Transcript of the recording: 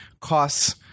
costs